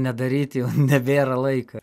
nedaryt jau nebėra laiko